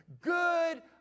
Good